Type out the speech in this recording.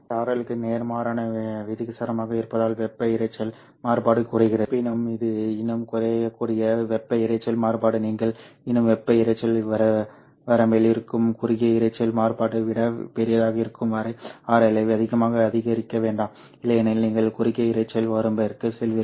இது RL க்கு நேர்மாறான விகிதாசாரமாக இருப்பதால் வெப்ப இரைச்சல் மாறுபாடு குறைகிறது இருப்பினும் இது இன்னும் குறைக்கக்கூடிய வெப்ப இரைச்சல் மாறுபாடு நீங்கள் இன்னும் வெப்ப இரைச்சல் வரம்பில் இருக்கும் குறுகிய இரைச்சல் மாறுபாட்டை விட பெரியதாக இருக்கும் வரை RL ஐ அதிகமாக அதிகரிக்க வேண்டாம் இல்லையெனில் நீங்கள் குறுகிய இரைச்சல் வரம்பிற்கு செல்வீர்கள்